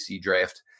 draft